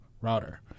router